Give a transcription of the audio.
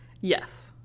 Yes